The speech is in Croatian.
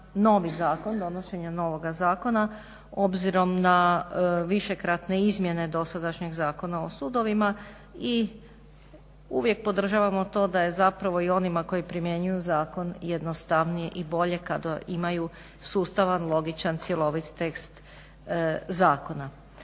novi zakon, donošenje novoga zakona obzirom na višekratne izmjene dosadašnjeg Zakona o sudovima i uvijek podržavamo to da je zapravo i onima koji primjenjuju zakon jednostavnije i bolje kad imaju sustavan, logičan, cjelovit tekst zakona.